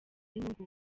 inyungu